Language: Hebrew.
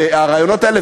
הרעיונות האלה,